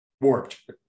warped